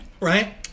right